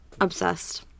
Obsessed